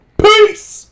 Peace